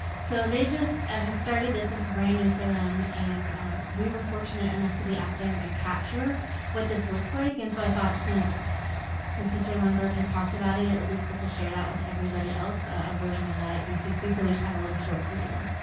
so they just ah have started this. this is brand new for them. and we were fortunate enough to be out there and capture what this looks like. and so i thought since since mr. lundberg had talked about it, it would be cool to share that with everybody else, a version of that at dcc. so we have a little short video.